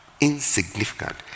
insignificant